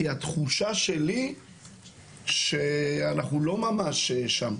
כי התחושה שלי שאנחנו לא ממש שם,